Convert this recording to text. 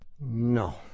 No